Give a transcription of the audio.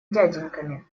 дяденьками